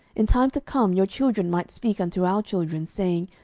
in time to come your children might speak unto our children, saying,